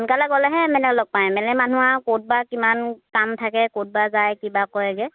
সোনকালে গ'লেহে M L এক লগ পাম এম এল এ মানুহ আৰু ক'তবা কিমান কাম থাকে ক'তবা যায় কিবা কৰেগৈ